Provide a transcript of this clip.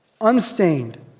unstained